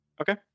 Okay